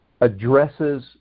addresses